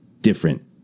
different